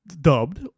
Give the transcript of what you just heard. dubbed